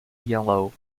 yellow